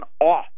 off